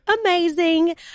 amazing